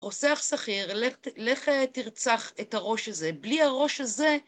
רוצח שכיר, לך תרצח את הראש הזה, בלי הראש הזה